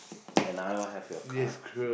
and I will have your card